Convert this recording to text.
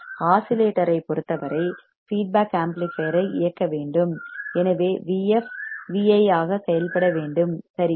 ஆஸிலேட்டரைப் பொறுத்தவரை feedback amplifier ஐ இயக்க வேண்டும் எனவே Vf Vi ஆக செயல்பட வேண்டும் சரியா